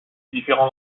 différents